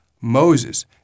Moses